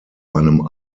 einem